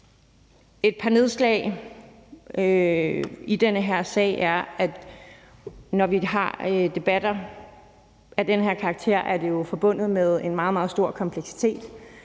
Et par nedslag i den her sag er, at når vi har debatter af den her karakter, er det forbundet med en meget, meget stor kompleksitet.